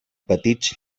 petits